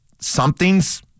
something's